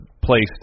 placed